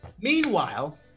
meanwhile